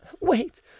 wait